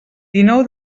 dinou